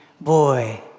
boy